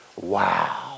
Wow